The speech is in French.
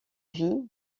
vie